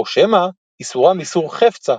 או שמא איסורם איסור "חפצא",